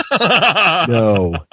No